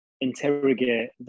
interrogate